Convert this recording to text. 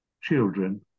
children